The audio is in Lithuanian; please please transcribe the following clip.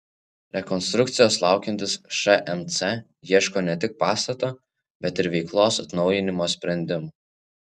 rekonstrukcijos laukiantis šmc ieško ne tik pastato bet ir veiklos atnaujinimo sprendimų